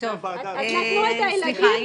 אז נתנו את הילדים ל --- סליחה,